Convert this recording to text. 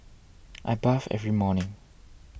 I bathe every morning